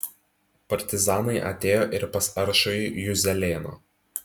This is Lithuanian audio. partizanai atėjo ir pas aršųjį juzelėną